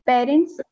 Parents